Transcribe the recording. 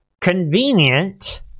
convenient